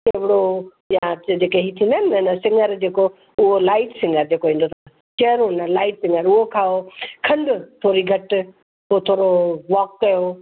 चिवड़ो या जेका हे थींदा आहिनि न सिङरु जेको उहो लाइट सिङरु जेको ईंदो अथव चहिरो हुन लाइट सिङरु उहो खाओ खंडु थोरी घटि पोइ थोरो वॉक कयो